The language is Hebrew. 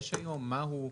יש היום, מהו?